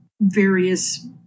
various